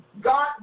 God